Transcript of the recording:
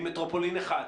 היא מטרופולין אחד.